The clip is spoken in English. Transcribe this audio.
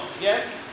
Yes